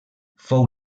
fou